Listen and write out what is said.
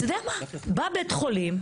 בית חולים,